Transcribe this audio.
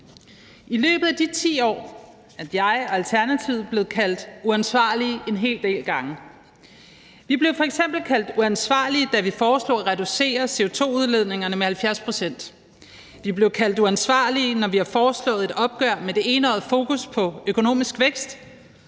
I løbet af de 10 år er jeg og Alternativet blevet kaldt uansvarlige en hel del gange. Vi blev f.eks. kaldt uansvarlige, da vi foreslog at reducere CO2-udledningerne med 70 pct.; vi er blevet kaldt uansvarlige, når vi har foreslået et opgør med det enøjede fokus på økonomisk vækst,